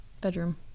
bedroom